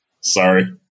Sorry